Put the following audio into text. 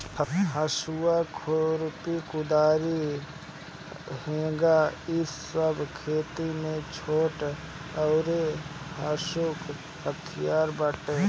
हसुआ, कुदारी, खुरपी, हत्था, हेंगी इ सब खेती के छोट अउरी हलुक हथियार बाटे